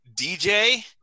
DJ